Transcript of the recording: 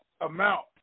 amount